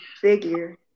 figure